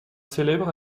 célèbre